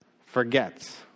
forgets